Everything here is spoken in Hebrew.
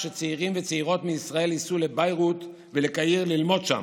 בטח שצעירים וצעירות מישראל ייסעו לביירות ולקהיר ללמוד שם,